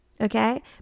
Okay